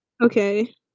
Okay